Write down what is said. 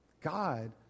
God